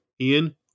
Ian